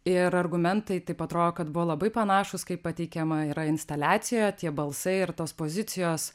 ir argumentai taip atrodo kad buvo labai panašūs kaip pateikiama yra instaliacijoje tie balsai ir tos pozicijos